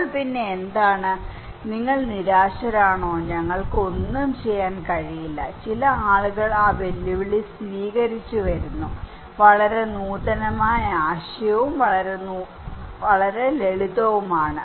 അപ്പോൾ പിന്നെ എന്താണ് നിങ്ങൾ നിരാശരാണോ ഞങ്ങൾക്ക് ഒന്നും ചെയ്യാൻ കഴിയില്ല ചില ആളുകൾ ആ വെല്ലുവിളി സ്വീകരിച്ച് വരുന്നു വളരെ നൂതനമായ ആശയവും വളരെ നൂതനമായ ആശയവും വളരെ ലളിതവുമാണ്